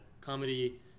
comedy